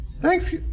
Thanks